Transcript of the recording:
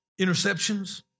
Interceptions